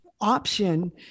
option